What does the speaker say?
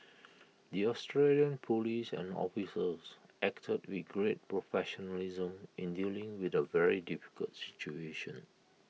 the Australian Police and officials acted with great professionalism in dealing with A very difficult situation